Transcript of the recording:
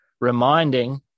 Reminding